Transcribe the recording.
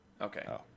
Okay